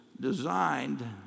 designed